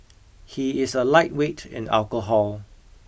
he is a lightweight in alcohol